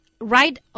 Right